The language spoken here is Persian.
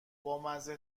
بامزه